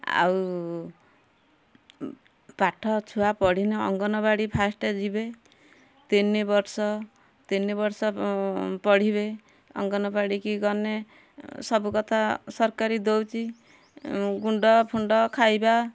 ଆଉ ପାଠ ଛୁଆ ପଢ଼ିନେ ଅନଙ୍ଗବାଡ଼ି ଫାଷ୍ଟେ ଯିବେ ତିନି ବର୍ଷ ତିନି ବର୍ଷ ପଢ଼ିବେ ଅନଙ୍ଗବାଡ଼ି କି ଗନେ ସବୁ କଥା ସରକାରୀ ଦଉଛି ଗୁଣ୍ଡ ଫୁଣ୍ଡ ଖାଇବା